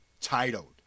titled